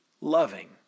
loving